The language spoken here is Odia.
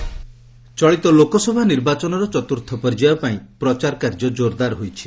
କ୍ୟାମ୍ପେନିଂ ଚଳିତ ଲୋକସଭା ନିର୍ବାଚନର ଚତୁର୍ଥ ପର୍ଯ୍ୟାୟ ପାଇଁ ପ୍ରଚାର କାର୍ଯ୍ୟ ଜୋର୍ଦାର୍ ହୋଇଛି